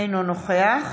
אינו נוכח